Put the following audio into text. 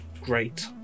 great